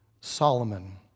Solomon